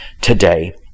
today